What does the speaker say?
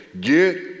Get